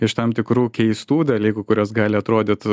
iš tam tikrų keistų dalykų kuriuos gali atrodyt